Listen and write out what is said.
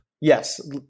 Yes